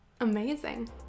Amazing